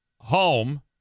home